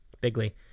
Bigly